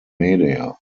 media